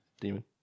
Demon